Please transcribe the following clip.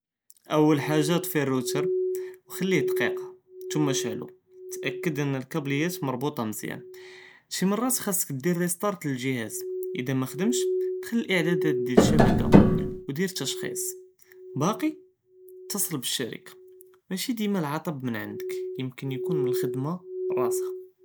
אוּל חאגָה טְפִי רוּטר וְכליה דקִיקָה תם שְעלּו, תאַכֵּד אֲן כַּבְּלִיַאת מְרְבּוּטָה מזְיַאן, שִי מֻרַאת חַסְכּ דיר ריסְטַאר לַג׳הָאז אִדָא מְחַדֶםש, דַכַּל לאִעְדַאדַאת דִיַאל אֶשְבַּקָּה ודיר תַשְחִيص, בַּאקִי תַצְל בְּשִרְכָּה מְשִי דִימָא אלעַטְבּ מִן עַנְדֶכּ, יֻמְכֶּן יְכּוֹן מִן אלחֻדְמָה בְּרַאסְהָ.